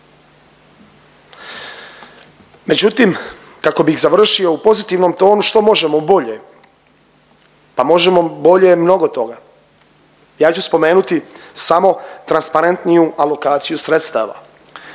Međutim kako bih završio u pozitivnom tonu, što možemo bolje? Pa možemo bolje mnogo toga. Ja ću spomenuti samo transparentniju alokacija sredstava.